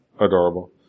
adorable